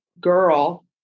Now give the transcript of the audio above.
girl